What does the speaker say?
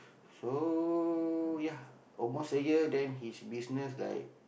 so ya almost a year then his business like